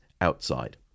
outside